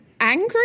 angry